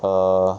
err